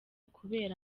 kubera